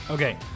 Okay